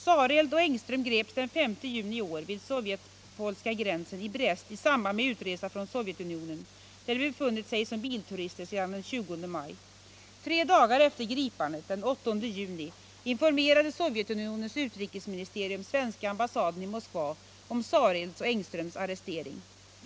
Sareld och Engström greps den 5 juni i år vid sovjetisk-polska gränsen i Brest i samband med utresa från Sovjetunionen, där de befunnit sig som bilturister sedan den 20 maj. Tre dagar efter gripandet, den 8 juni, informerade Sovjetunionens utrikesministerium svenska ambassaden i Moskva om Sarelds och Engströms arrestering.